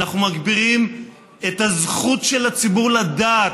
אנחנו מגבירים את הזכות של הציבור לדעת,